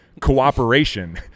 Cooperation